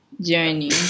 journey